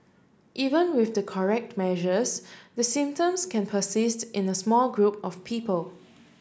even with the correct measures the symptoms can persist in a small group of people